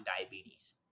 diabetes